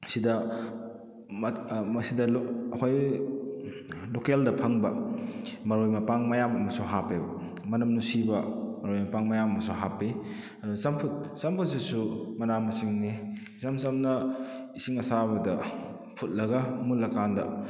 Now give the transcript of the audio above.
ꯑꯁꯤꯗ ꯃꯁꯤꯗ ꯑꯩꯈꯣꯏ ꯂꯣꯀꯦꯜꯗ ꯐꯪꯕ ꯃꯔꯣꯏ ꯃꯄꯥꯡ ꯃꯌꯥꯝ ꯑꯃꯁꯨ ꯍꯥꯞꯄꯦꯕ ꯃꯅꯝ ꯅꯨꯪꯁꯤꯕ ꯃꯔꯣꯏ ꯃꯄꯥꯡ ꯃꯌꯥꯝ ꯑꯃꯁꯨ ꯍꯥꯞꯄꯤ ꯑꯗꯨꯅ ꯆꯝꯐꯨꯠ ꯆꯝꯐꯨꯠꯁꯤꯁꯨ ꯃꯅꯥ ꯃꯁꯤꯡꯅꯤ ꯏꯆꯝ ꯆꯝꯅ ꯏꯁꯤꯡ ꯑꯁꯥꯕꯗ ꯐꯨꯠꯂꯒ ꯃꯨꯜꯂꯀꯥꯟꯗ